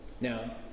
Now